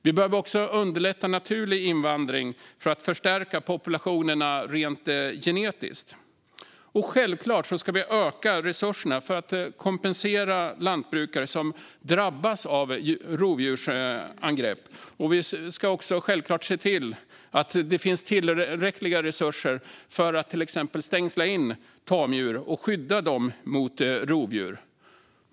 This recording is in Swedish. Vi behöver underlätta naturlig invandring för att förstärka populationerna rent genetiskt. Självklart ska vi öka resurserna till att kompensera lantbrukare som drabbas av rovdjursangrepp. Vi ska givetvis även se till att det finns tillräckliga resurser för att till exempel stängsla in tamdjur och skydda dem mot rovdjur.